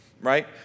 right